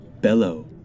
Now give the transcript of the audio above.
Bellow